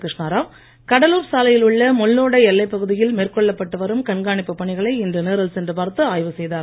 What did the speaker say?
கிருஷ்ணாராவ் கடலூர் சாலையில் உள்ள முள்ளோடை எல்லைப் பகுதியில் மேற்கொள்ளப் பட்டு வரும் கண்காணிப்பு பணிகளை இன்று நேரில் சென்று பார்த்து ஆய்வு செய்தார்